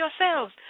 yourselves